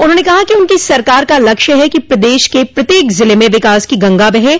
उन्होंने कहा कि उनकी सरकार का लक्ष्य है कि प्रदेश के प्रत्येक ज़िले में विकास की गंगा बहे